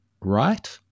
right